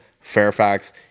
Fairfax